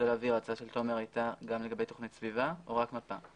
ההצעה של תומר הייתה גם לגבי תוכנית סביבה או רק מפה?